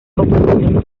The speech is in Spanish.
coproducción